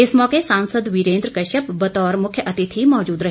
इस मौके सांसद वीरेन्द्र कश्यप बतौर मुख्यातिथि मौजूद रहे